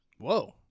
Whoa